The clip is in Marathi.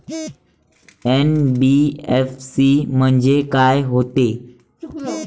एन.बी.एफ.सी म्हणजे का होते?